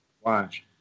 watch